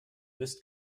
bist